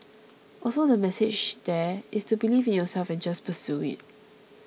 also the message there is to believe in yourself and just pursue it